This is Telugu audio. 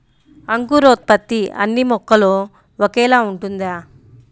అంకురోత్పత్తి అన్నీ మొక్కలో ఒకేలా ఉంటుందా?